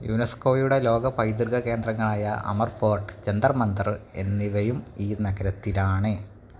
യുനെസ്കോയുടെ ലോക പൈതൃക കേന്ദ്രങ്ങളായ അമർ ഫോർട്ട് ജന്തർ മന്തർ എന്നിവയും ഈ നഗരത്തിലാണ്